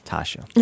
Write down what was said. Tasha